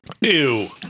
Ew